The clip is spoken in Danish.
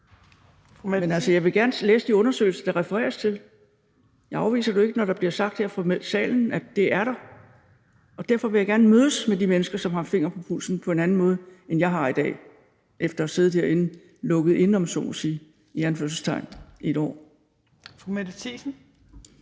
Men altså, jeg vil gerne læse de undersøgelser, der refereres til. Jeg afviser det jo ikke, når der bliver sagt her i salen, at de findes. Derfor vil jeg gerne mødes med de mennesker, som har fingeren på pulsen på en anden måde, end jeg har i dag efter at have siddet herinde, lukket inde, om man så må sige – i anførselstegn – i et år.